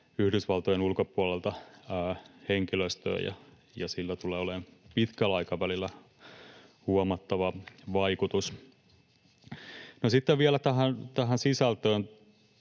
Yhdysvaltojen ulkopuolelta henkilöstöä ja sillä tulee olemaan pitkällä aikavälillä huomattava vaikutus. No, sitten vielä tähän sisältöön: